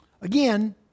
Again